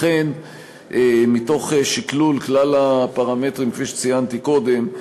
לכן, מתוך שקלול כלל הפרמטרים, כפי שציינתי קודם,